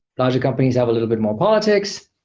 larger companies have a little bit more politics.